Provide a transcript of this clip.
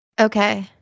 Okay